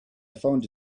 found